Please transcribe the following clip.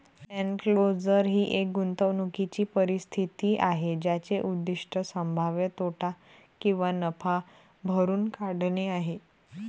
enclosure ही एक गुंतवणूकीची परिस्थिती आहे ज्याचे उद्दीष्ट संभाव्य तोटा किंवा नफा भरून काढणे आहे